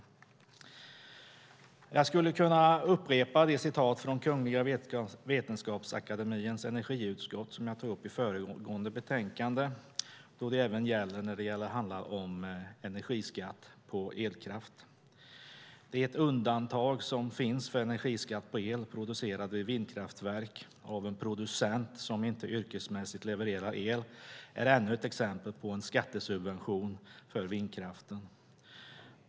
Jag skulle kunna upprepa de citat från Kungliga Vetenskapsakademiens energiutskott som jag tog upp i föregående betänkande även när det handlar om energiskatt på elkraft. Det undantag som finns för energiskatt på el producerad vid vindkraftverk av en producent som inte yrkesmässigt levererar el är ännu ett exempel på en skattesubvention för vindkraften.